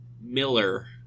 Miller